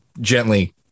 gently